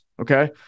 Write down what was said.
Okay